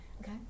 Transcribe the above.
Okay